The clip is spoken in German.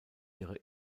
ihre